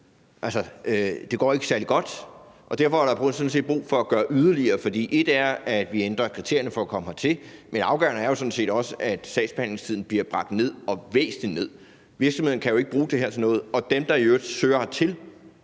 går jo ikke særlig godt. Og derfor er der sådan set brug for at gøre yderligere, for et er, at vi ændrer kriterierne for at komme hertil, men noget andet og afgørende er jo sådan set også, at sagsbehandlingstiden bliver bragt ned – og væsentligt ned. Virksomhederne kan jo ikke bruge det her til noget, og dem, der i øvrigt søger hertil,